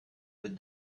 with